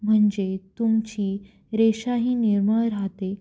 म्हणजे तुमची रेषाही निर्मळ राहते